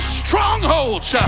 strongholds